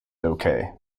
okay